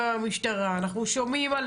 במשטרה, אנחנו שומעים על